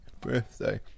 birthday